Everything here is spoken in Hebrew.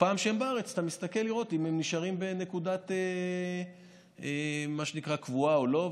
וכשהם בארץ אתה מסתכל לראות אם הם נשארים בנקודה קבועה או לא,